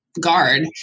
guard